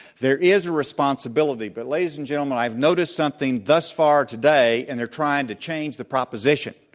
there is a responsibility but ladies and gentlemen, i've noticed something thus far today, and they're trying to change the proposition.